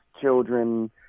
children